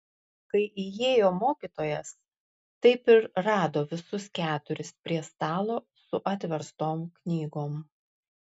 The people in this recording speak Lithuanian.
kai įėjo mokytojas taip ir rado visus keturis prie stalo su atverstom knygom